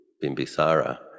Bimbisara